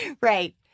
Right